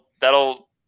that'll